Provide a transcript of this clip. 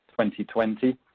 2020